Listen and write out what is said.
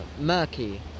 murky